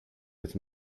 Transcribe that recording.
with